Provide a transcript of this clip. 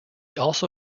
also